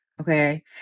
Okay